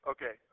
Okay